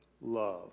love